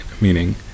meaning